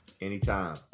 Anytime